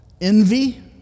Envy